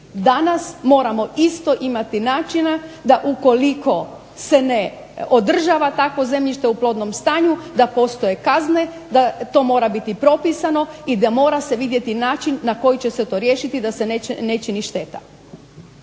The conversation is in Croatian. Danas moramo isto imati načina da ukoliko se ne održava takvo zemljište u plodnom stanju da postoje kazne, da to mora biti propisano i da mora se vidjeti način na koji će se to riješiti, da se ne čini šteta.